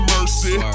Mercy